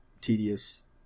tedious